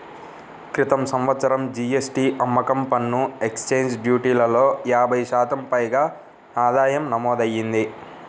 క్రితం సంవత్సరం జీ.ఎస్.టీ, అమ్మకం పన్ను, ఎక్సైజ్ డ్యూటీలలో యాభై శాతం పైగా ఆదాయం నమోదయ్యింది